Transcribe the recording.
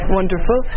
wonderful